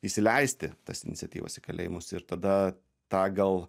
įsileisti tas iniciatyvas į kalėjimus ir tada tą gal